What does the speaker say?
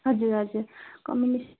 हजुर हजुर कम्बिनेसन